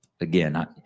again